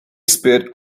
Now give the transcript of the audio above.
spit